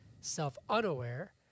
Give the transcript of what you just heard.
self-unaware